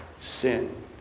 sin